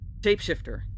Shapeshifter